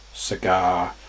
Cigar